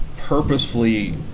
purposefully